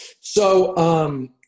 So-